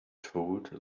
told